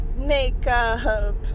makeup